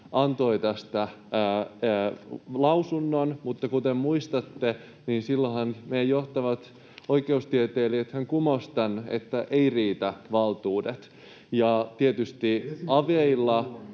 antoi tästä lausunnon, mutta kuten muistatte, silloinhan meidän johtavat oikeustieteilijäthän kumosivat tämän, että eivät riitä valtuudet, ja tietysti aveilla,